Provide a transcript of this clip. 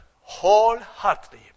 wholeheartedly